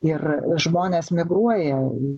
ir žmonės migruoja į